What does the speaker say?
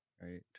Right